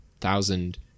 thousand